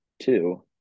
two